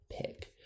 pick